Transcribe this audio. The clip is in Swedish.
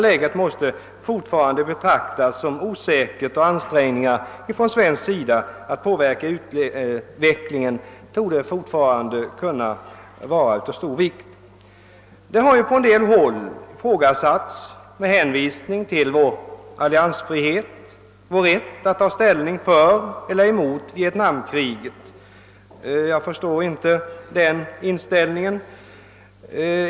Läget måste emellertid fortfarande betraktas som osäkert, och anträngningar från svensk sida att påverka utvecklingen torde vara av stor vikt. På en del håll har med hänvisning till vår alliansfrihet ifrågasatts vår rätt att ta ställning för eller mot vietnamkriget. Jag förstår inte den inställningen.